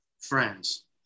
friends